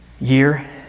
year